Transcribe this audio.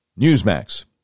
Newsmax